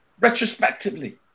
retrospectively